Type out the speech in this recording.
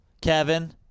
Kevin